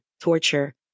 torture